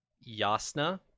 Yasna